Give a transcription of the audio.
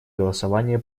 голосование